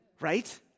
right